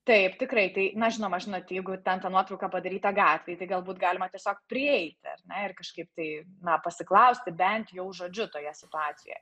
taip tikrai tai na žinoma žinot jeigu ten ta nuotrauka padaryta gatvėj tai galbūt galima tiesiog prieiti ar ne ir kažkaip tai na pasiklausti bent jau žodžiu toje situacijoje